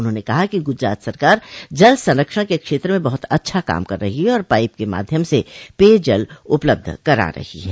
उन्होंने कहा कि गुजरात सरकार जल संरक्षण के क्षेत्र में बहुत अच्छा काम कर रही है और पाइप के माध्यम से पेय जल उपलब्ध करा रही है